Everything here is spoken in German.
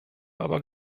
aber